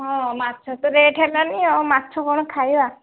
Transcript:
ହଁ ମାଛ ତ ରେଟ୍ ହେଲାଣି ଆଉ ମାଛ କ'ଣ ଖାଇବା